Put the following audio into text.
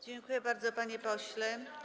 Dziękuję bardzo, panie pośle.